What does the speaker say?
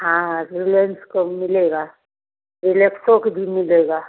हाँ रिलायन्स का मिलेगा रिलैक्सो का भी मिलेगा